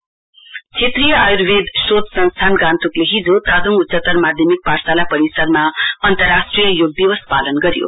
योगा क्षेत्रीय आय्र्वेद् सोध संस्थान गान्तोकले हिजो तादोङ उच्चतर माध्यमिक पाठशाला परिसरमा अन्तराष्ट्रिय योग दिवस पालन गज्यो